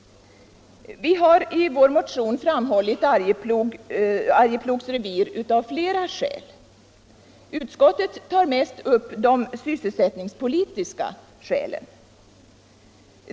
Vi har i motionen framhållit Arjeplogs revir av flera skäl. Utskottet tar mest upp det sysselsättningspolitiska skälet.